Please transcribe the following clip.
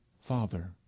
Father